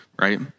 right